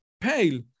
pale